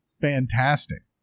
Fantastic